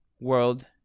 world